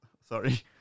Sorry